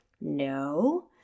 No